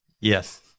Yes